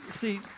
See